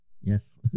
Yes